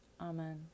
Amen